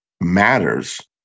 matters